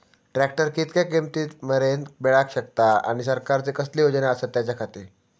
Tractor कितक्या किमती मरेन मेळाक शकता आनी सरकारचे कसले योजना आसत त्याच्याखाती?